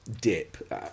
dip